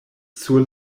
sur